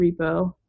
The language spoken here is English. Repo